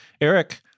Eric